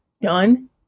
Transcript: done